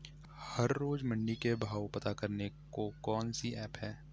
हर रोज़ मंडी के भाव पता करने को कौन सी ऐप है?